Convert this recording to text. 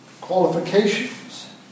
qualifications